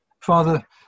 Father